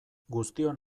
guztion